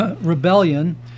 rebellion